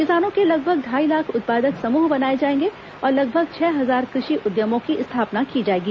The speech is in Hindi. किसानों के लगभग ढाई लाख उत्पादक समूह बनाए जाएंगे और लगभग छह हजार कृषि उद्यमों की स्थापना की जाएगी